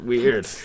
Weird